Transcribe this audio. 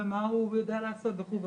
מה הוא יודע לעשות וכו'.